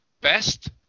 best